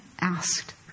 asked